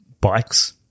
bikes